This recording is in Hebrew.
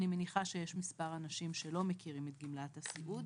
מניחה שיש כמה אנשים שלא מכירים את גמלת הסיעוד.